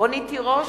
רונית תירוש,